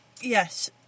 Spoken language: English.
yes